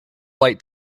light